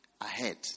ahead